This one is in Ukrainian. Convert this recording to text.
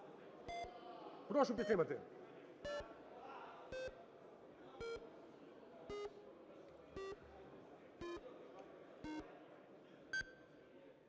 прошу підтримати.